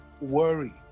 worry